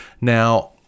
Now